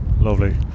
Lovely